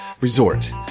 resort